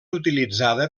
utilitzada